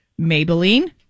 Maybelline